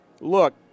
look